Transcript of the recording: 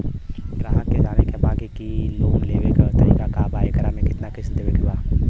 ग्राहक के जाने के बा की की लोन लेवे क का तरीका बा एकरा में कितना किस्त देवे के बा?